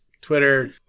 Twitter